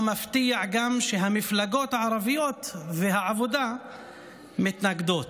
לא מפתיע גם שהמפלגות הערביות והעבודה מתנגדות.